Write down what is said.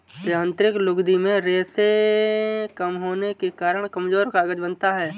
यांत्रिक लुगदी में रेशें कम होने के कारण कमजोर कागज बनता है